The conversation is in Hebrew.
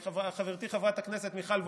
חברתי חברת הכנסת מיכל וולדיגר,